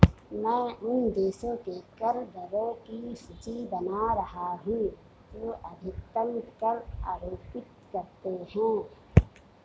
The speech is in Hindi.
मैं उन देशों के कर दरों की सूची बना रहा हूं जो अधिकतम कर आरोपित करते हैं